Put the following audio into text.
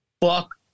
fuck